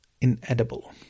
inedible